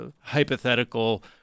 hypothetical